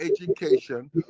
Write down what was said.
education